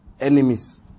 Enemies